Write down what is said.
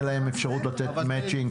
אין להם אפשרות לתת מצ'ינג,